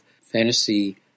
fantasy